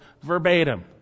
verbatim